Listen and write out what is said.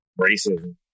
Racism